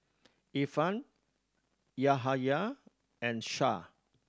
Irfan Yahaya and Shah